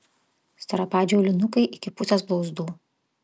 storapadžiai aulinukai iki pusės blauzdų